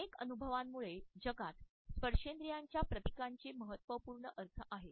अनेक अनुभवांमुळे जगात स्पर्शेंद्रियाच्या प्रतीकांचे महत्त्वपूर्ण अर्थ आहेत